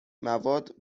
مواد